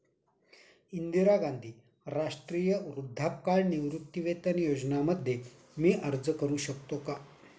इंदिरा गांधी राष्ट्रीय वृद्धापकाळ निवृत्तीवेतन योजना मध्ये मी अर्ज का करू शकतो का?